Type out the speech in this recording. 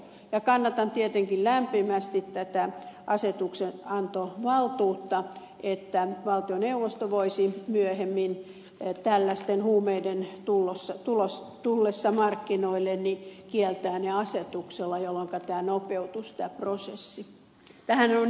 kannatan tietenkin lämpimästi tätä asetuksen antovaltuutta että valtioneuvosto voisi myöhemmin tällaisten huumeiden tullessa markkinoille kieltää ne asetuksella jolloinka tämä prosessi nopeutuisi